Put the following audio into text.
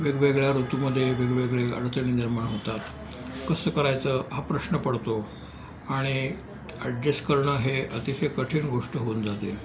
वेगवेगळ्या ऋतूमध्ये वेगवेगळे अडचणी निर्माण होतात कसं करायचं हा प्रश्न पडतो आणि ॲडजेस्ट करणं हे अतिशय कठीण गोष्ट होऊन जाते